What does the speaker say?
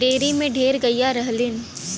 dairy में ढेर गइया रहलीन